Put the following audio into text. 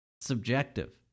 Subjective